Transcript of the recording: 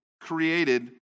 created